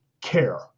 care